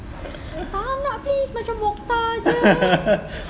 tak nak please macam mokhtar jer